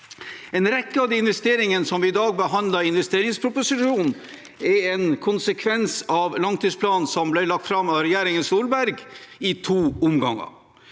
En rekke av de investeringene vi i dag behandler i investeringsproposisjonen, er en konsekvens av langtidsplanen som ble lagt fram av regjeringen Solberg i to omganger.